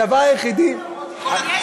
הדבר היחידי, מיקי